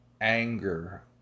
anger